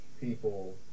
people